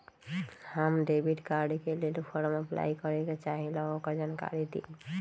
हम debit card के लेल फॉर्म अपलाई करे के चाहीं ल ओकर जानकारी दीउ?